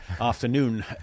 afternoon